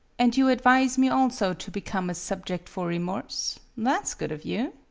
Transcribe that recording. and you advise me also to become a subject for remorse? that s good of you.